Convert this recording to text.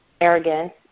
arrogance